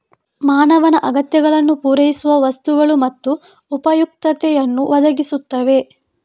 ಮಾನವನ ಅಗತ್ಯಗಳನ್ನು ಪೂರೈಸುವ ವಸ್ತುಗಳು ಮತ್ತು ಉಪಯುಕ್ತತೆಯನ್ನು ಒದಗಿಸುತ್ತವೆ